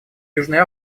южная